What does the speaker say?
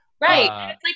Right